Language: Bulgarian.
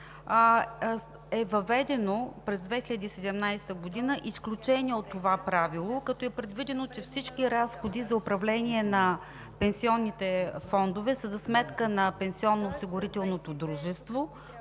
е въведено през 2017 г. изключение от това правило, като е предвидено, че всички разходи за управление на пенсионните фондове са за сметка на пенсионноосигурителното дружество,